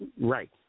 Right